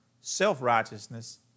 self-righteousness